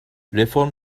reform